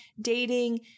dating